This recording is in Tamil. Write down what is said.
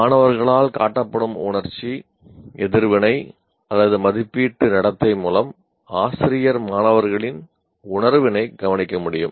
மாணவர்களால் காட்டப்படும் உணர்ச்சி எதிர்வினை அல்லது மதிப்பீட்டு நடத்தை மூலம் ஆசிரியர் மாணவர்களின் உணர்வினைக் கவனிக்க முடியும்